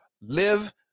Live